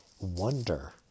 wonder